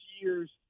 years